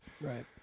right